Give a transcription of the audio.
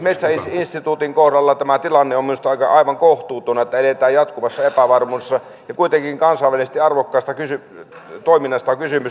esimerkiksi metsäinstituutin kohdalla tämä tilanne on minusta aivan kohtuuton että eletään jatkuvassa epävarmuudessa ja kuitenkin kansainvälisesti arvokkaasta toiminnasta on kysymys